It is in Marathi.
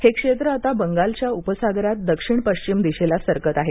हे क्षेत्र आता बंगालच्या उपसागरात दक्षिण पश्चिम दिशेला सरकत आहे